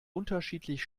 unterschiedlich